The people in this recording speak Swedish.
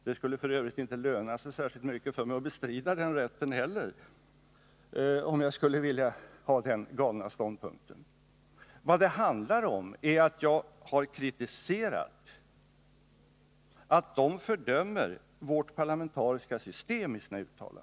Det skulle f. ö. inte löna sig särskilt mycket för mig att bestrida den rätten, om jag skulle inta den galna ståndpunkten. Vad det handlar om är att jag har kritiserat att man i sina uttalanden fördömer vårt parlamentariska system.